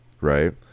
right